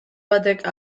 batek